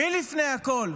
מי לפני הכול,